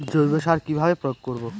জৈব সার কি ভাবে প্রয়োগ করব?